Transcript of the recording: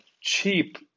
Cheap